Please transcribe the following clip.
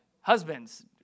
Husbands